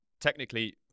Technically